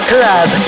Club